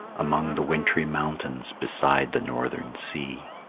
among the wintry mountains beside the northern sea.